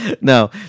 No